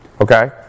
okay